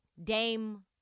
Dame